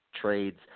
trades